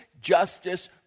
justice